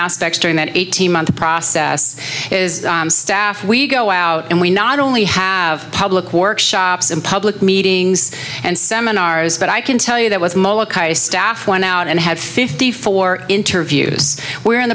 aspects during that eighteen month process is staff we go out and we not only have public workshops and public meetings and seminars but i can tell you that was molokai staff went out and had fifty four interviews where in